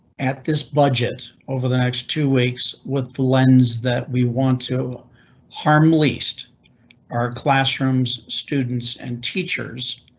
at this budget over the next two weeks with the lens that we want to harm least our classrooms, students and teachers.